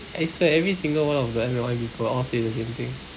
I swear every single one of the M_L_M people all say the same thing